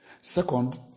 Second